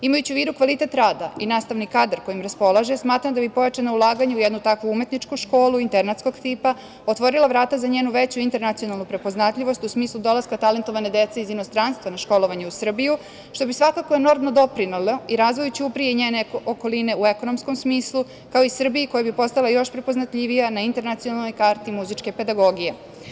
Imajući u vidu kvalitet rada i nastavni kadar kojim raspolaže, smatram da bi pojačana ulaganja u jednu takvu umetničku školu internatskog tipa otvorila vrata za njenu veću internacionalnu prepoznatljivost u smislu dolaska talentovane dece iz inostranstva na školovanje u Srbiju, što bi svakako enormno doprinelo i razvoju Ćuprije i njene okoline u ekonomskom smislu, kao i Srbiji, koja bi postala još prepoznatljivija na internacionalnoj karti muzičke pedagogije.